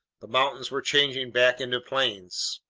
the mountains were changing back into plains.